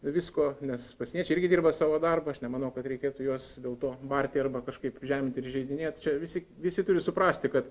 visko nes pasieniečiai irgi dirba savo darbą aš nemanau kad reikėtų juos dėl to barti arba kažkaip žemint ir įžeidinėt čia visi visi turi suprasti kad